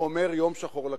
הוא אומר: יום שחור לכנסת.